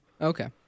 Okay